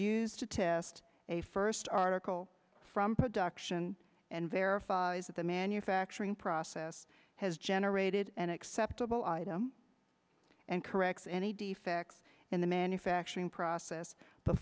to test a first article from production and verifies that the manufacturing process has generated an acceptable item and corrects any defects in the manufacturing process